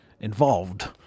involved